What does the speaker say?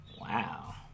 Wow